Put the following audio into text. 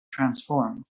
transformed